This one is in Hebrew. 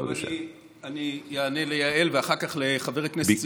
אני אענה ליעל ואחר כך לחבר הכנסת,